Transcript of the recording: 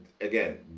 again